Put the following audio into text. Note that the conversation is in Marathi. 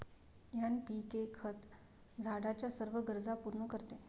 एन.पी.के खत झाडाच्या सर्व गरजा पूर्ण करते